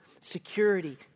security